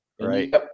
Right